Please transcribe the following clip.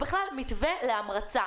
בכלל, מתווה להמרצה.